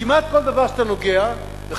כמעט כל דבר שאתה נוגע בו,